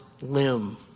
limb